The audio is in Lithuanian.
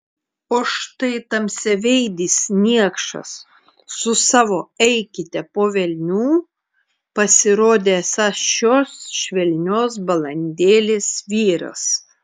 o štai tamsiaveidis niekšas su savo eikite po velnių pasirodė esąs šios švelnios balandėlės vyras